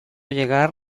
llegar